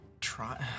try